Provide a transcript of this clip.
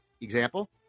example